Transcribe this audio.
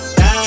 die